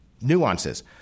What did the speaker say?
nuances